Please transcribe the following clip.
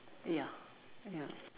ya ya